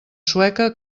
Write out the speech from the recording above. sueca